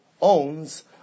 owns